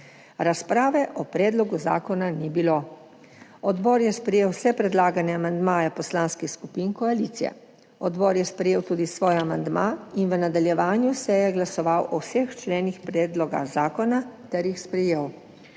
Razprave o predlogu zakona ni bilo. Odbor je sprejel vse predlagane amandmaje poslanskih skupin koalicije. Odbor je sprejel tudi svoj amandma in v nadaljevanju seje glasoval o vseh členih predloga zakona ter jih sprejel.